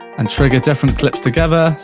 and trigger different clips together,